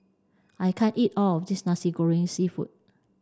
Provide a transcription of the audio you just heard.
I can't eat all of this nasi goreng seafood